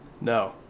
No